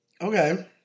Okay